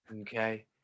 Okay